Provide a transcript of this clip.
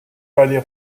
palais